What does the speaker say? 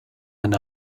and